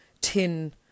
tin